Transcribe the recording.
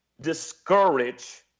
discourage